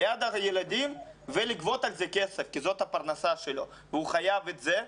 ליד הילדים ולגבות על זה כסף כי זאת הפרנסה שלו והוא חייב את זה.